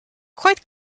quite